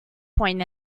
point